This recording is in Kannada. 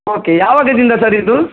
ಓಕೆ ಯಾವಾಗದಿಂದ ಸರ್ ಇದು